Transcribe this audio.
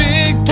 Big